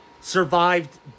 survived